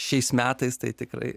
šiais metais tai tikrai